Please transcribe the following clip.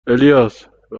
الیاس، به